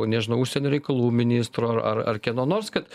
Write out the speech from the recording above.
nežinau užsienio reikalų ministro ar ar kieno nors kad